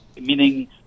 meaning